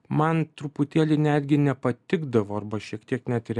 man truputėlį netgi nepatikdavo arba šiek tiek net ir